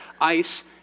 Ice